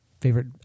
favorite